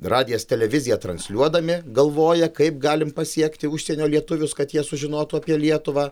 radijas televizija transliuodami galvoja kaip galim pasiekti užsienio lietuvius kad jie sužinotų apie lietuvą